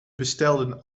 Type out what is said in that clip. bestelden